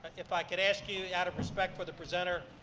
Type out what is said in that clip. if i could ask you out of respect for the presenter,